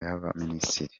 y’abaminisitiri